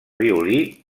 violí